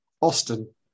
Austin